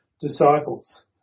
disciples